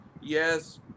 yes